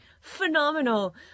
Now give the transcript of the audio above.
phenomenal